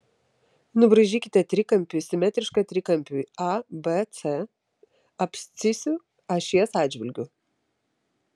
nubraižykite trikampį simetrišką trikampiui abc abscisių ašies atžvilgiu